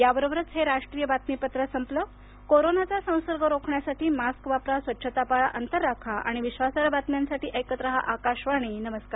याबरोबरच हे राष्ट्रीय बातमीपत्र संपल कोरोनाचा संसर्ग रोखण्यासाठी मास्क वापरा स्वच्छता पाळा अंतर राखा आणि विश्वासार्ह बातम्यांसाठी ऐकत रहा आकाशवाणी नमस्कार